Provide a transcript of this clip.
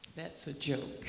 that's a joke.